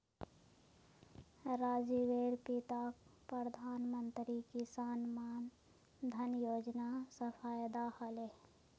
राजीवेर पिताक प्रधानमंत्री किसान मान धन योजना स फायदा ह ले